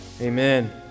Amen